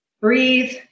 breathe